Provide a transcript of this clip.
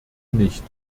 nicht